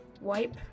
wipe